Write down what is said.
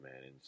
man